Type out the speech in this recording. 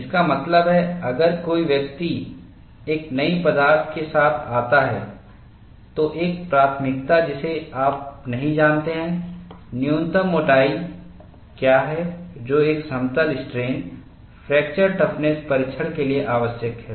इसका मतलब है अगर कोई व्यक्ति एक नई पदार्थ के साथ आता है तो एक प्राथमिकता जिसे आप नहीं जानते हैं न्यूनतम मोटाई क्या है जो एक समतल स्ट्रेन फ्रैक्चर टफ़्नस परीक्षण के लिए आवश्यक है